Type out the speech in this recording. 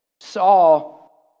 Saul